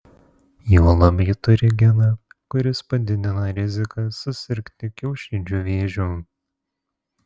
juolab ji turi geną kuris padidina riziką susirgti kiaušidžių vėžiu